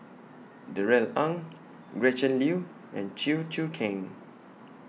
Darrell Ang Gretchen Liu and Chew Choo Keng